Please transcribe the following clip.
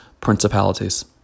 principalities